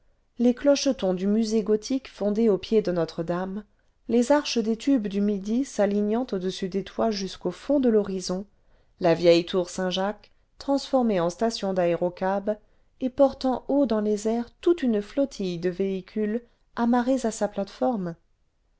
les clochetons du musée gothique fondé au pied de notre-dame les arches des tubes du midi s'alignânt au-dessus des toits jusqu'au fond de l'horizon la vieille tour saint-jacques transforméee en station d'aérocabs et portant haut dans les airs toute une flottille de véhicules amarrés à sa plate-forme